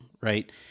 right